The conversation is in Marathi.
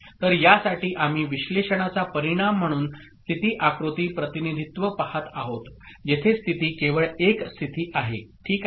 तर यासाठी आम्ही विश्लेषणाचा परिणाम म्हणून स्थिती आकृती प्रतिनिधित्त्व पहात आहोत जेथे स्थिती केवळ 1 स्थिती आहे ठीक आहे